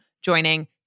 joining